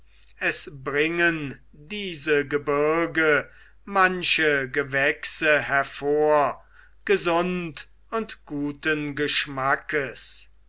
es bringen diese gebirge manche gewächse hervor gesund und guten geschmackes